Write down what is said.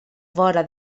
vora